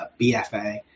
BFA